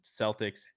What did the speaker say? Celtics